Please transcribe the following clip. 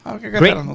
great